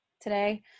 today